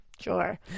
sure